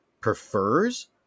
prefers